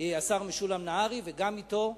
השר משולם נהרי, וגם אתו.